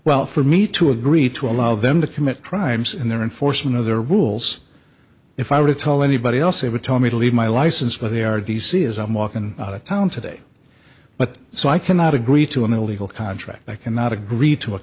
well for me to agree to allow them to commit crimes in their enforcement of their rules if i were to tell anybody else it would tell me to leave my license but they are d c as i'm walking out of town today but so i cannot agree to an illegal contract i can not agree to a